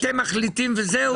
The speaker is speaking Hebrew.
אתם מחליטים וזהו?